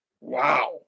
Wow